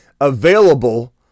available